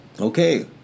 Okay